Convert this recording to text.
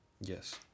Yes